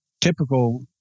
typical